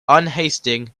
unhasting